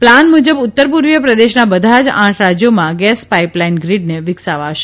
plan મુજબ ઉત્તર પૂર્વીય પ્રદેશના બધા જ આઠ રાજયોમાં ગેસપાઇપલાઇન ગ્રીડને વિકસાવાશે